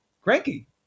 Cranky